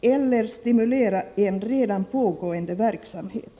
eller stimulera en redan pågående verksamhet.